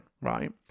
right